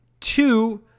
Two